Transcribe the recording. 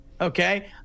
Okay